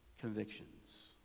convictions